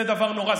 זה דבר נורא.